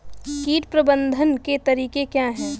कीट प्रबंधन के तरीके क्या हैं?